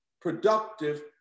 productive